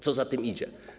Co za tym idzie?